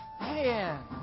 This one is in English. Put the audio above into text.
man